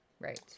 Right